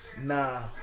nah